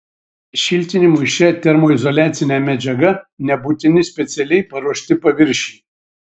šiltinimui šia termoizoliacine medžiaga nebūtini specialiai paruošti paviršiai